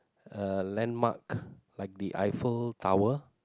uh landmark like the Eiffel Tower